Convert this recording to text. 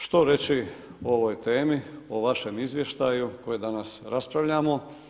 Što reći o ovoj temi, o vašem izvještaju koji danas raspravljamo?